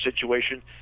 situation